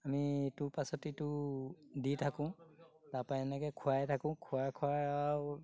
আমি ইটোৰ পাছত ইটো দি থাকোঁ তাৰপৰা এনেকৈ খুৱাই থাকোঁ খুৱাই খুৱাই আৰু